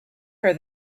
her